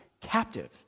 captive